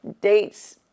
dates